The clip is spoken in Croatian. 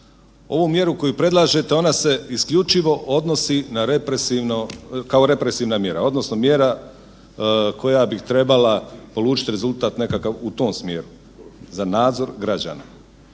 Ovu mjeru koju predlažete ona se isključivo odnosi kao represivna mjera odnosno mjera koja bi trebala polučiti rezultat nekakav u tom smjeru za nadzor građana.